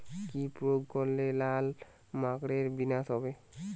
কি প্রয়োগ করলে লাল মাকড়ের বিনাশ হবে?